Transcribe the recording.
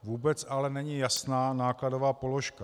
Vůbec ale není jasná nákladové položka.